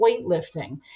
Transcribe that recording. weightlifting